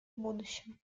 будущем